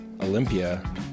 Olympia